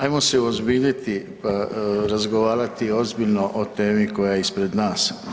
Ajmo se uozbiljiti pa razgovarati ozbiljno o temi koja je ispred nas.